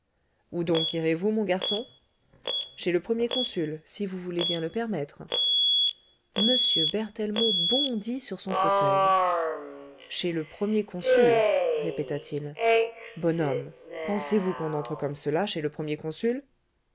où donc irez-vous mon garçon chez le premier consul si vous voulez bien le permettre m berthellemot bondit sur son fauteuil chez le premier consul répéta-t-il bonhomme pensez-vous qu'on entre comme cela chez le premier consul